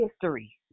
history